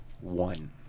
one